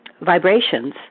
vibrations